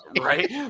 right